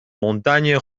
montagnes